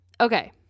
okay